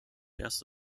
erst